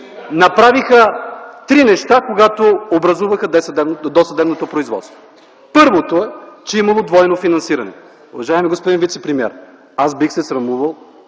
направиха три неща, когато образуваха досъдебното производство. Първото е, че имало двойно финансиране. Уважаеми господин вицепремиер, аз бих се срамувал,